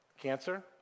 Cancer